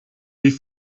wie